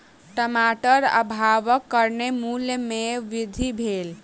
टमाटर अभावक कारणेँ मूल्य में वृद्धि भेल